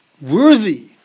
worthy